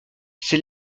ces